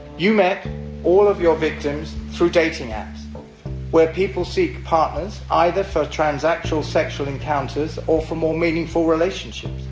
you met all of your victims through dating apps where people seek partners either for transactional sexual encounters or for more meaningful relationships.